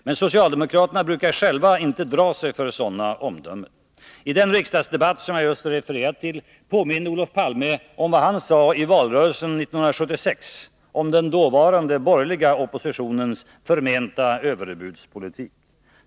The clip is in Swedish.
Men socialdemokraterna brukar själva inte dra sig för sådana omdömen. I den riksdagsdebatt som jag just refererat till, påminde Olof Palme om vad han sade i valrörelsen 1976 om den dåvarande borgerliga oppositionens förmenta överbudspolitik.